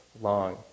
long